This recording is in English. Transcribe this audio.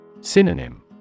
Synonym